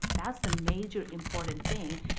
that's the major important thing,